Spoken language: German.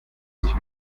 sich